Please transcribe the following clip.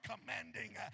commanding